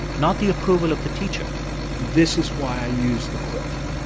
not the approval of the teacher this is why i use the clicker.